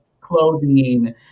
clothing